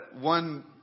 One